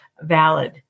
valid